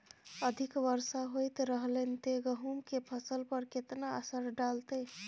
अधिक वर्षा होयत रहलनि ते गेहूँ के फसल पर केतना असर डालतै?